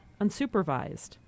unsupervised